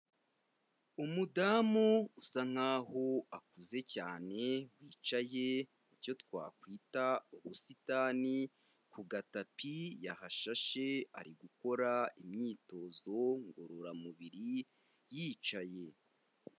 Umudamu usa nkaho akuze cyane wicaye mu cyo twakwita ubusitani ku gatapi yahashashe, ari gukora imyitozo ngororamubiri yicaye.